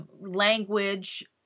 Language